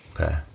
Okay